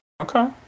Okay